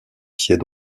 pied